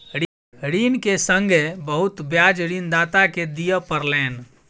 ऋण के संगै बहुत ब्याज ऋणदाता के दिअ पड़लैन